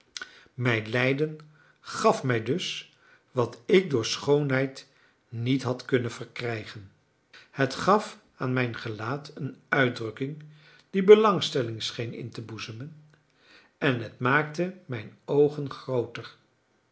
mijn lijden gaf mij dus wat ik door schoonheid niet had kunnen verkrijgen het gaf aan mijn gelaat een uitdrukking die belangstelling scheen in te boezemen en het maakte mijn oogen grooter